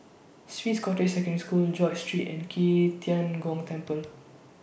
Swiss Cottage Secondary School George Street and Qi Tian Gong Temple